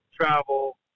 travel